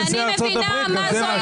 גם זה משהו.